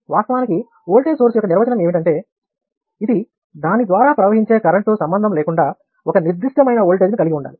వాస్తవానికి voltage source యొక్క నిర్వచనం ఏమిటంటే ఇది దాని ద్వారా ప్రవహించే కరెంట్ తో సంబంధం లేకుండా ఒక నిర్దిష్టమైన వోల్టేజ్ని కలిగి ఉండాలి